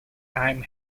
time